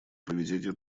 проведения